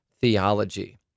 theology